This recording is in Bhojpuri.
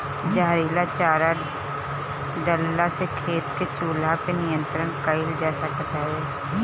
जहरीला चारा डलला से खेत के चूहा पे नियंत्रण कईल जा सकत हवे